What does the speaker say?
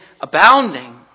abounding